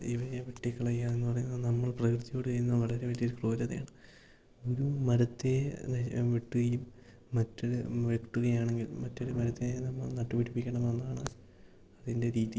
ഇവയെ വെട്ടിക്കളയുകയെന്നു പറയുന്നത് നമ്മൾ പ്രകൃതിയോടു ചെയ്യുന്ന വളരെ വലിയൊരു ക്രൂരതയാണ് ഒരു മരത്തെ വെട്ടുകയും മറ്റൊരു വെട്ടുകയാണെങ്കിൽ മറ്റൊരു മരത്തെ നമ്മൾ നട്ടുപിടിപ്പിക്കണം അതാണ് അതിൻ്റെ രീതി